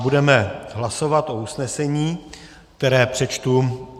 Budeme hlasovat o usnesení, které přečtu.